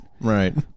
Right